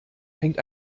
hängt